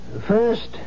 First